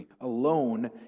alone